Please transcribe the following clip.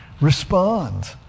Respond